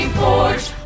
forge